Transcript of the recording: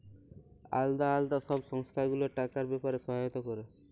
আলদা আলদা সব সংস্থা গুলা টাকার ব্যাপারে সহায়তা ক্যরে